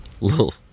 little